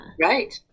Right